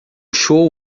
show